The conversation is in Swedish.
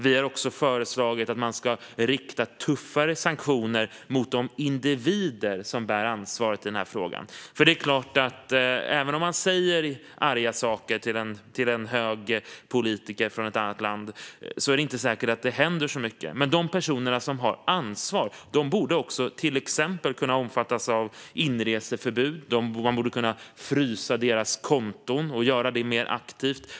Vi har också föreslagit att man ska rikta tuffare sanktioner mot de individer som bär ansvaret i den här frågan. Även om man säger arga saker till en hög politiker från ett annat land är det inte säkert att det händer så mycket. Men de personer som har ansvar borde också till exempel kunna omfattas av inreseförbud. Man borde kunna frysa deras konton mer aktivt.